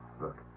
Look